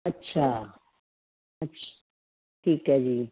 ਅੱਛਾ ਅੱਛ ਠੀਕ ਹੈ ਜੀ